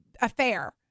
affair